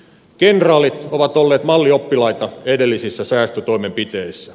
kenraalit ovat olleet mallioppilaita edellisissä säästötoimenpiteissä